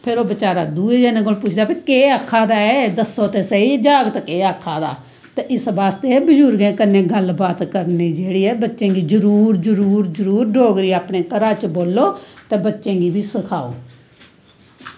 फिर ओह् बचारा दुए जनें कोलूं पुछदा भाई केह् आक्खा दा ऐ दस्सो ते सही जागत केह् आक्खा दा ऐ ते इस बास्तै बजुर्गैं कन्नै गल्ल बात करनी जेह्ड़ी ऐ बच्चें गी जरुर जरुर जरूर डोगरी अपने घरा च बोल्लो ते बच्चें गी बी सखाओ